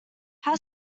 how